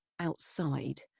Outside